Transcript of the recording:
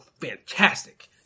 fantastic